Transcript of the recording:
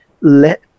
let